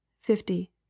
fifty